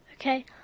Okay